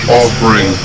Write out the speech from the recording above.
offering